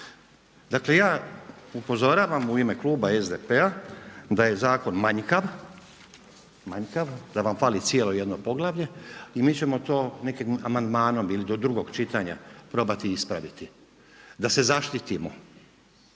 Dakle, ja upozoravam u ime kluba SDP-a da je zakon manjkav, da vam fali cijelo jedno poglavlje i mi ćemo to nekim amandmanom ili do drugog čitanja pr9obaciti ispraviti, da se zaštitimo